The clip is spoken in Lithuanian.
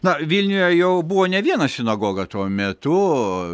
na vilniuje jau buvo ne viena sinagoga tuo metu